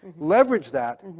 leverage that,